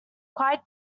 quite